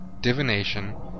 divination